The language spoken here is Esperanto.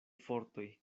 fortoj